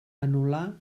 anul·lar